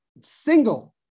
single